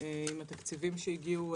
עם התקציבים שהגיעו.